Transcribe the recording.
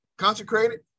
consecrated